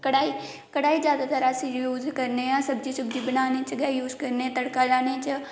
कढ़ाई ज्यादातर अस यूज करने हां सब्जी सोब्जी बनाने च गै यूज करने हा तड़का लाने च